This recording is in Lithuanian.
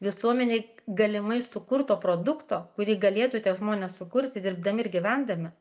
visuomenei galimai sukurto produkto kurį galėtų tie žmonės sukurti dirbdami ir gyvendami